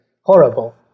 horrible